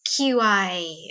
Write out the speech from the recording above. QI